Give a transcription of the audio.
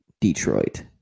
Detroit